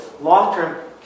long-term